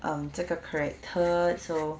um 这个 character so